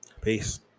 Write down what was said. Peace